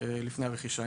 לפני הרכישה.